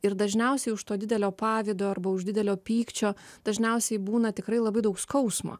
ir dažniausiai už to didelio pavydo arba už didelio pykčio dažniausiai būna tikrai labai daug skausmo